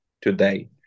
today